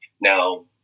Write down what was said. Now